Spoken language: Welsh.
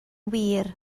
wir